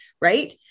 Right